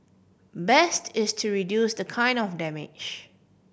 best is to reduce the kind of damage